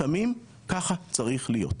לפעמים כך צריך להיות.